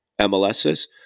MLSs